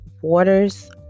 waters